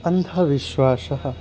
अन्धविश्वासः